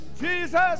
Jesus